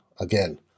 again